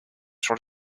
sur